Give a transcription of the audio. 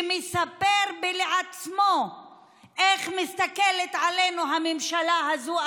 מספר לעצמו איך מסתכלת עלינו הממשלה הזאת,